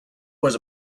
was